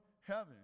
heaven